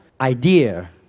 idea